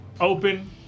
open